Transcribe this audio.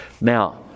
Now